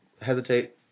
hesitate